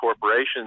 corporations